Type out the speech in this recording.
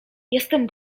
jestem